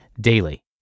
daily